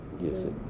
Yes